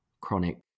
chronic